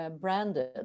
branded